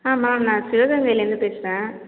ஆ ma'am நான் சிவகங்கைலேருந்து பேசுகிறேன்